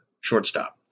shortstop